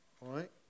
right